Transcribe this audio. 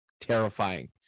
terrifying